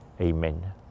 Amen